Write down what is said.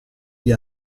gli